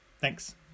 Thanks